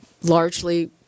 largely